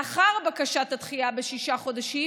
לאחר בקשת הדחייה בשישה חודשים